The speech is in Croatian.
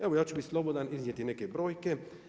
Evo ja ću biti slobodan iznijeti neke brojke.